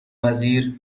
وزیر